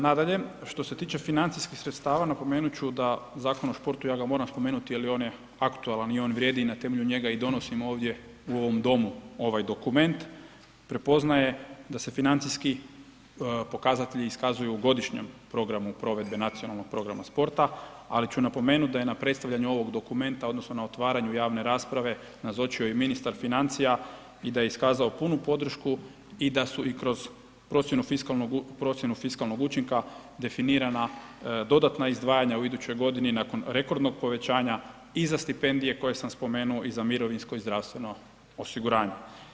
Nadalje, što se tiče financijskih sredstava napomenut ću da Zakon o športu, ja ga moram spomenuti jer on je aktualan i on vrijedi i na temelju njega i donosimo ovdje u ovom ovaj dokument, prepoznaje da se financijski pokazatelji iskazuju u godišnjem programu provedbe nacionalnog programa sporta, ali ću napomenut da je na predstavljanju ovog dokumenta odnosno na otvaranju javne rasprave nazočio i ministar financija i da je iskazao punu podršku i da su i kroz procjenu fiskalnog učinka definirana dodatna izdvajanja u idućoj godini nakon rekordnog povećanja i za stipendije koje sam spomenuo i za mirovinsko i zdravstveno osiguranje.